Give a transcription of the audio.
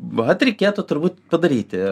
vat reikėtų turbūt padaryti